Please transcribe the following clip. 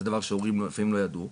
זה דבר שהורים לפעמים לא ידעו.